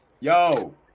Yo